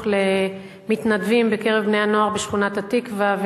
למתנדבים בקרב בני-הנוער בשכונת-התקווה,